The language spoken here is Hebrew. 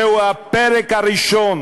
זהו הפרק הראשון